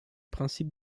principe